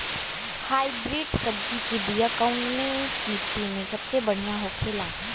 Hybrid सब्जी के बिया कवने मिट्टी में सबसे बढ़ियां होखे ला?